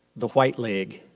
the white leg,